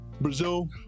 Brazil